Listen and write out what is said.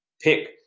pick